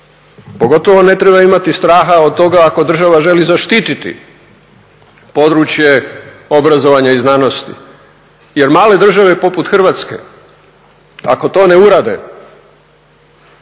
pogotovo ne treba imati straha od toga ako država želi zaštiti područje obrazovanja i znanosti. Jer male države poput Hrvatske ako to ne urade